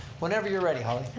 whenever you're ready, holly.